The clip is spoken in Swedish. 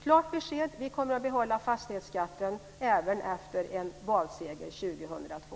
Klart besked: Vi kommer att behålla fastighetsskatten även efter en valseger 2002!